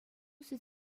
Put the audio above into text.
сӗт